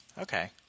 Okay